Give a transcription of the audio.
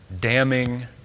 damning